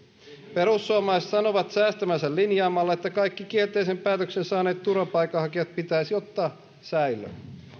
perussuomalaiset sanovat säästävänsä linjaamalla että kaikki kielteisen päätöksen saaneet turvapaikanhakijat pitäisi ottaa säilöön